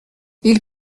ils